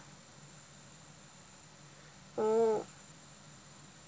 oh